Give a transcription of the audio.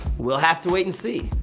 we'll have to wait and see.